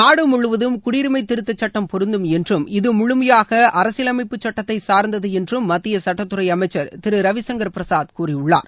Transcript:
நாடு முழுவதும் குடியுரிமை திருத்தச்சட்டம் பொருந்தும் என்றும் இது முழுமையாக அரசியலமைப்புச் சட்டத்தை சார்ந்தது என்றும் மத்திய சட்டத்துறை அமைச்சர் திரு ரவிசங்கர் பிரசாத் கூறியுள்ளார்